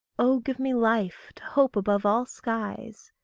oh, give me life to hope above all skies.